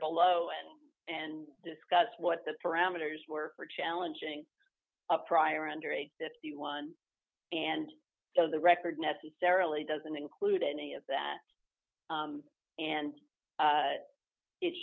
below and and discuss what the parameters were for challenging a prior under age fifty one and so the record necessarily doesn't include any of that and